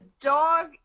dog